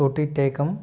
रोटी taken